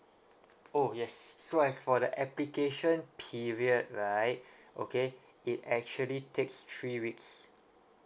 oh yes so as for the application period right okay it actually takes three weeks